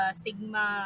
stigma